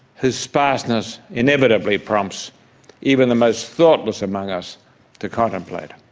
whose sparseness inevitably prompts even the most thoughtless among us to contemplate.